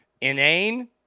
Inane